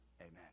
amen